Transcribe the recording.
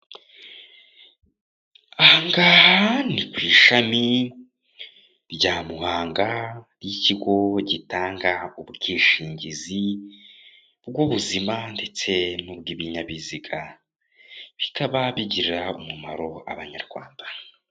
Aha ngaha ni kwishami rya Muhanga ry'ikigo gitanga ubwishingizi bw'ubuzima ndetse nubw'ibinyabiziga, bikaba bigirira umumaro abanyarwanda.